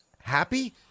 happy